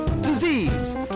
Disease